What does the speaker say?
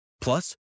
Plus